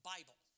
Bible